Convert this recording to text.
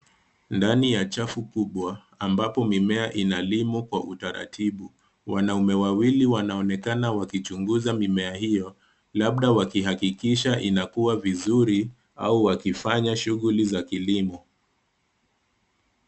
Ndani ya chafu kubwa ambapo mimea inalimwa kwa utaratibu, wanaume wawili wanaonekana wakichunguza mimea hiyo, labda wakihakikisha inakua vizuri au wakifanya shughuli za kilimo.